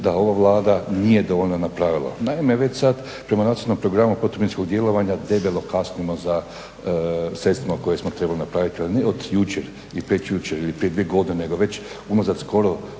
da ova Vlada nije dovoljno napravila. Naime, već sada prema Nacionalnom programu potrebničkog djelovanja debelo kasnimo za sredstvima koje smo trebali napraviti, ne od jučer ili prekjučer ili prije dvije godine nego već unazad skoro